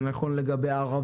זה נכון לערבים,